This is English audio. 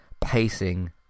pacing